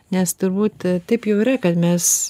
nes turbūt taip jau yra kad mes